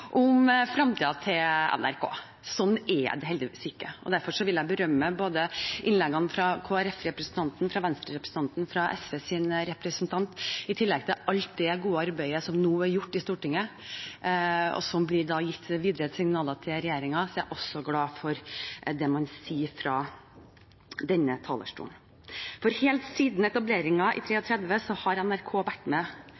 om framtiden til NRK. Sånn er det heldigvis ikke. Derfor vil jeg berømme innleggene fra representantene fra Kristelig Folkeparti, fra Venstre og fra SV – i tillegg til alt det gode arbeidet som nå er gjort i Stortinget, og som gir signaler videre til regjeringen. Jeg er også glad for det man sier fra denne talerstolen. Helt siden etableringen i